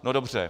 No dobře.